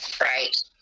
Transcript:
right